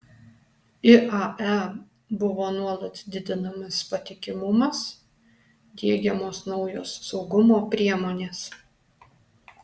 iae buvo nuolat didinamas patikimumas diegiamos naujos saugumo priemonės